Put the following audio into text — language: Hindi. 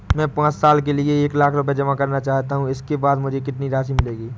मैं पाँच साल के लिए एक लाख रूपए जमा करना चाहता हूँ इसके बाद मुझे कितनी राशि मिलेगी?